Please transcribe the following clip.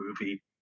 movie